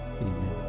amen